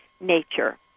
nature